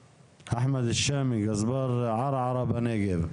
שי חג'ג', יו"ר מרכז המועצות האזוריות, בבקשה.